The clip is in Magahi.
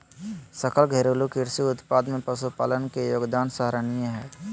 सकल घरेलू कृषि उत्पाद में पशुपालन के योगदान सराहनीय हइ